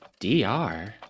DR